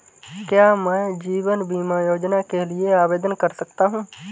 क्या मैं जीवन बीमा योजना के लिए आवेदन कर सकता हूँ?